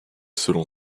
selon